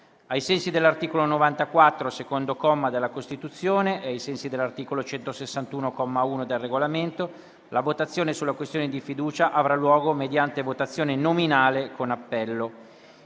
ai sensi dell'articolo 94, secondo comma, della Costituzione e ai sensi dell'articolo 161, comma 1, del Regolamento, la votazione sulla questione di fiducia avrà luogo mediante votazione nominale con appello.